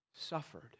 suffered